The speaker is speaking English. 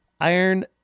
Iron